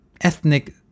ethnic